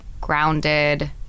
grounded